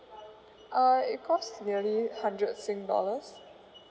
uh it cost nearly hundred sing dollars